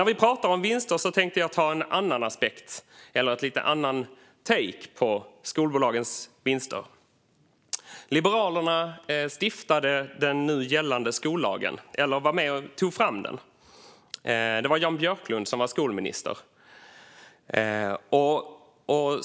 När vi nu pratar om vinster tänkte jag ta upp en annan aspekt, eller en lite annan "take", på skolbolagens vinster. Liberalerna var med och tog fram den nu gällande skollagen; det var Jan Björklund som var skolminister.